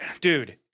Dude